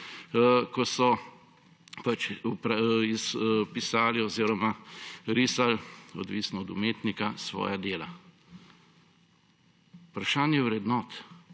ko so pisali oziroma risali, odvisno od umetnika, svoja dela. Vprašanje vrednot.